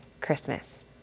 Christmas